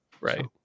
right